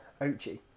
Ochi